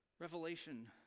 Revelation